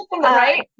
Right